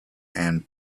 and